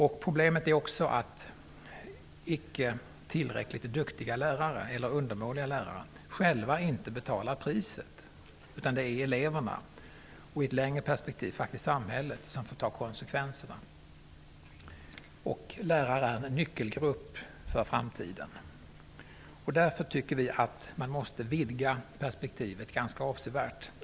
Ett problem är också att icke tillräckligt duktiga lärare eller undermåliga lärare själva inte betalar priset, utan det är eleverna, och i ett längre perspektiv samhället, som får ta konsekvenserna. Lärarna är en nyckelgrupp för framtiden. Därför tycker vi att man måste vidga perspektivet ganska avsevärt.